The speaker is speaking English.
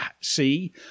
see